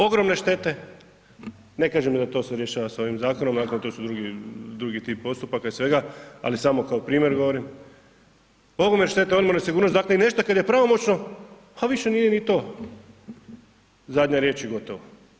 Ogromne štete, ne kažem da to se rješava s ovim zakonom to su drugi tip postupaka i svega, ali samo kao primjer govorim, ogromne štete, ogromna nesigurnost dakle i nešto kad je pravomoćno, a više nije ni to zadnja riječ i gotovo.